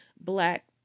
black